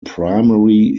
primary